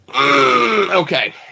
Okay